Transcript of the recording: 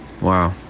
Wow